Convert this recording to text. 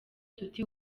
tuti